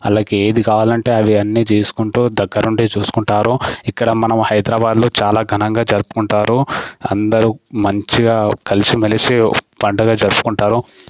వాళ్ళకి ఏది కావాలంటే అవి అన్నీ చేసుకుంటూ దగ్గరుండి చూసుకుంటారు ఇక్కడ మనం హైదరాబాదులో చాలా ఘనంగా జరుపుకుంటారు అందరూ మంచిగా కలిసి మెలిసి పండగ జరుపుకుంటారు